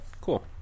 cool